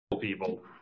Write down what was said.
people